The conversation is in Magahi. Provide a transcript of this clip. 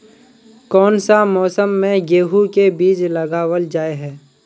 कोन सा मौसम में गेंहू के बीज लगावल जाय है